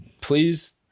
please